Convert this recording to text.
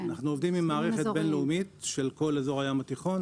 אנחנו עובדים עם מערכת בין-לאומית של כל אזור הים התיכון.